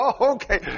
Okay